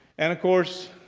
and of course,